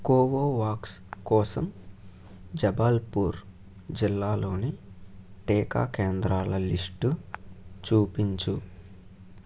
Covovax కోసం జబల్పూర్ జిల్లాలోని టీకా కేంద్రాల లిస్టు చూపించు